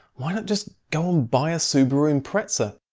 why not just go and buy a subaru impreza?